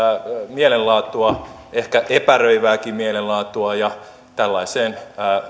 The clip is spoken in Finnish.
mielenlaatua ehkä epäröivääkin mielenlaatua ja tällaiseen